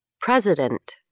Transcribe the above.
President